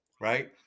right-